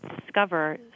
discover